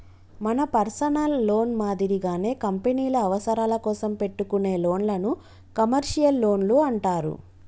మన personal loan మాదిరిగానే కంపెనీల అవసరాల కోసం పెట్టుకునే లోన్లను కమర్షియల్ లోన్లు అంటారు